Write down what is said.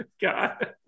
God